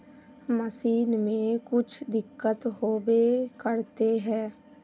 Machine में कुछ दिक्कत होबे करते है?